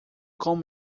com